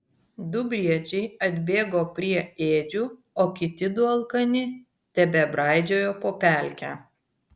du briedžiai atbėgo prie ėdžių o kiti du alkani tebebraidžiojo po pelkę